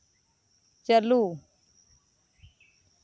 ᱪᱟᱹᱞᱩ